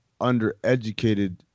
undereducated